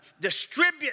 distribute